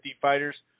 fighters